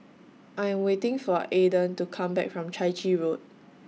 I'm waiting For Aidan to Come Back from Chai Chee Road